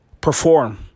perform